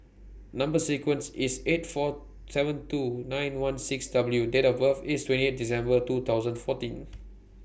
Number sequence IS T eight four seven two nine one six W and Date of birth IS twenty eight December two thousand fourteen